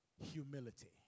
Humility